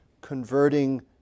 converting